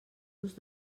los